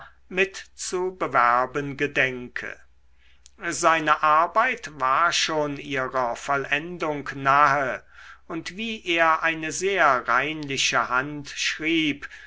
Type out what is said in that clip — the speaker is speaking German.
zu bewerben gedenke seine arbeit war schon ihrer vollendung nahe und wie er eine sehr reinliche hand schrieb